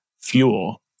fuel